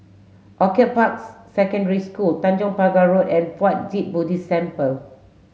Orchid Parks Secondary School Tanjong Pagar Road and Puat Jit Buddhist Temple